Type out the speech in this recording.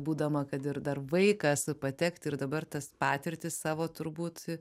būdama kad ir dar vaikas patekti ir dabar tas patirtis savo turbūt